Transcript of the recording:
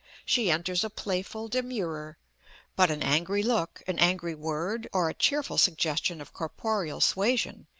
she enters a playful demurrer but an angry look, an angry word, or a cheerful suggestion of corporeal suasion,